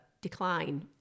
decline